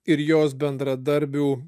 ir jos bendradarbių